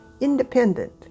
independent